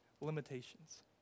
limitations